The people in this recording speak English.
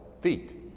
feet